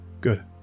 Good